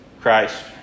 Christ